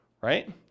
Right